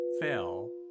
fell